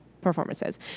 performances